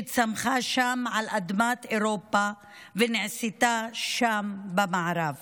שצמחה שם על אדמת אירופה, נעשתה שם במערב